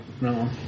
No